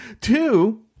Two